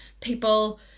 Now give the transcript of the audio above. people